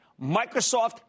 Microsoft